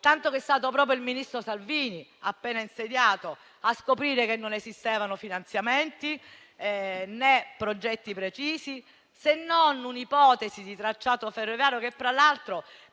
tanto che è stato proprio il ministro Salvini, appena insediato, a scoprire che non esistevano finanziamenti né progetti precisi, se non un'ipotesi di tracciato ferroviario che tra l'altro